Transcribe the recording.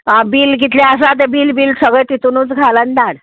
आं बील कितलें आसा तें बील बील सगळे तितुनूच घाल आनी धाड